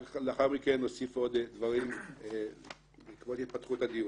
מכן נוסיף עוד דברים בעקבות התפתחות הדיון.